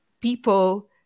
people